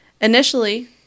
Initially